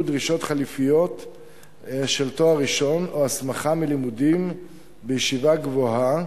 דרישות חלופיות של תואר ראשון או הסמכה בלימודים בישיבה גבוהה,